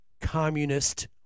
communist